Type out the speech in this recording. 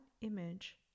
image